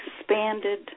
expanded